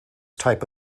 type